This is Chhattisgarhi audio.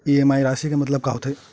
इ.एम.आई राशि के मतलब का होथे?